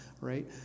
right